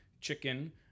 chicken